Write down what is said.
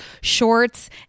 shorts